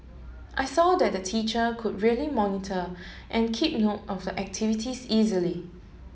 I saw that the teacher could really monitor and keep note of the activities easily